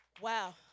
Wow